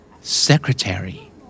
Secretary